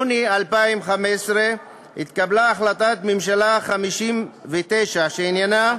וביוני 2015 התקבלה החלטת הממשלה 59, שעניינה: